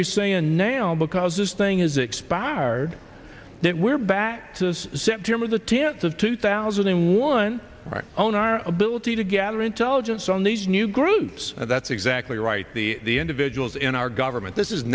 you say and now because this thing has expired then we're back to september the tenth of two thousand and one own our ability to gather intelligence on these new groups and that's exactly right the individuals in our government this is